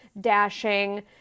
dashing